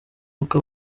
uko